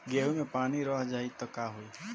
गेंहू मे पानी रह जाई त का होई?